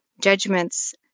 judgments